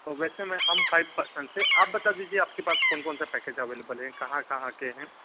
वैसे मै हम फाइव पर्संस है आप बता दीजिए आपके पास कौन कौन सा पैकेज अवेलेबल है कहाँ कहाँ के हैं